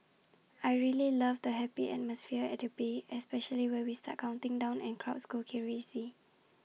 I really love the happy atmosphere at the bay especially when we start counting down and crowds go crazy